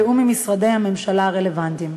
בתיאום עם משרדי הממשלה הרלוונטיים.